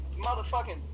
motherfucking